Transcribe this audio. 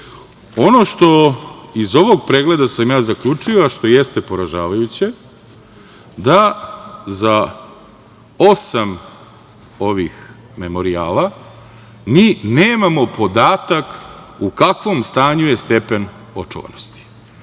što iz ovog pregleda sam ja zaključio, a što jeste poražavajuće da za osam ovim memorijala mi nemamo podatak u kakvom stanju je stepen očuvanosti.